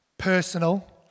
Personal